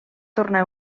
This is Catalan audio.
tornar